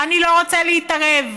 אני לא רוצה להתערב.